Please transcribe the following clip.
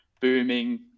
Booming